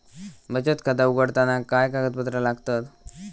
बचत खाता उघडताना काय कागदपत्रा लागतत?